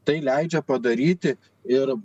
tai leidžia padaryti ir